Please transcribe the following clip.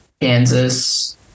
Kansas